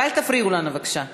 אל תפריעו לנו, בבקשה.